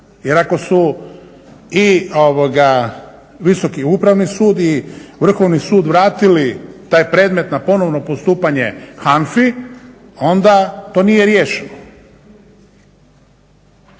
jer ako su i Visoki upravni sud i Vrhovni sud vratili taj predmet na ponovno postupanje HANFA-i onda to nije riješeno.